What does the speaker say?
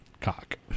Cock